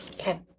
Okay